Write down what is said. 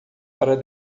para